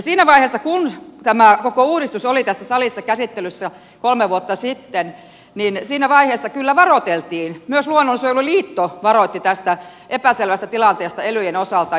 siinä vaiheessa kun tämä koko uudistus oli tässä salissa käsittelyssä kolme vuotta sitten kyllä varoiteltiin myös luonnonsuojeluliitto varoitti tästä epäselvästä tilanteesta elyjen osalta